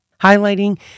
highlighting